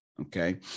Okay